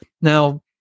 Now